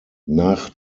nach